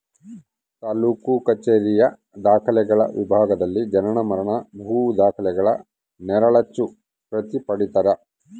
ತಾಲೂಕು ಕಛೇರಿಯ ದಾಖಲೆಗಳ ವಿಭಾಗದಲ್ಲಿ ಜನನ ಮರಣ ಭೂ ದಾಖಲೆಗಳ ನೆರಳಚ್ಚು ಪ್ರತಿ ಪಡೀತರ